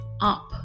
up